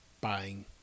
buying